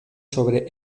sobre